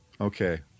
Okay